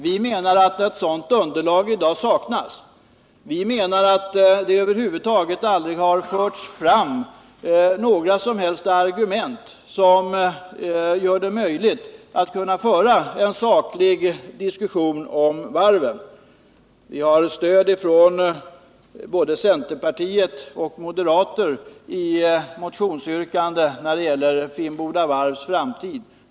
Vi menar att ett sådant underlag i dag saknas. Vi menar att det över huvud taget aldrig har förts fram några som helst argument som kunde tjäna som underlag för en saklig diskussion om varven. Vi har stöd från både centerpartiet och moderaterna i form av ett motionsyrkande när det gäller Finnboda varvs framtid.